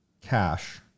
cash